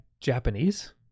Japanese